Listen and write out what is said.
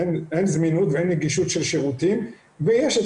אין זמינות ואין נגישות של שירותים ויש את